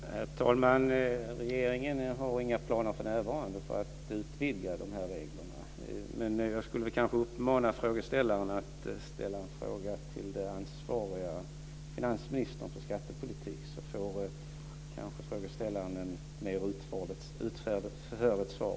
Herr talman! Regeringen har för närvarande inga planer att utvidga dessa regler. Men jag ska kanske uppmana frågeställaren att ställa en fråga till finansministern som är ansvarig för skattepolitiken, så får frågeställaren kanske ett mer utförligt svar.